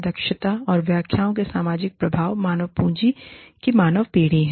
दक्षता व्याख्याओं का सामाजिक प्रभाव मानव पूँजी की मानव पीढ़ी है